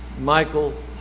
Michael